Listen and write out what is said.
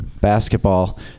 Basketball